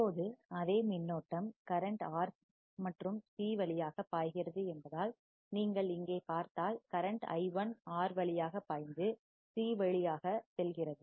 இப்போது அதே மின்னோட்டம் கரண்ட் R மற்றும் C வழியாக பாய்கிறது என்பதால் நீங்கள் இங்கே பார்த்தால் கரண்ட் i1 R வழியாக பாய்ந்து C வழியாக செல்கிறது